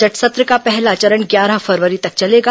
budget सत्र का पहला चरण ग्यारह फरवरी तक चलेगा